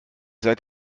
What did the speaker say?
seit